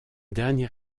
dernier